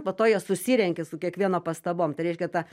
po to ją susirenki su kiekvieno pastabom tai reiškia tą